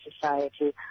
society